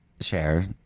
share